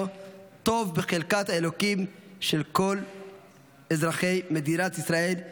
טוב בחלקת האלוקים של כל אזרחי מדינת ישראל.